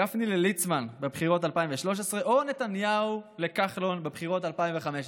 גפני לליצמן בבחירות 2013 או נתניהו לכחלון בבחירות 2015?